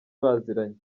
baziranye